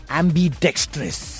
ambidextrous